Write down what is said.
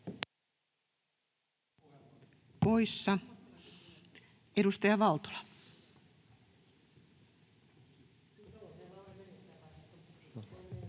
poissa. — Edustaja Valtola.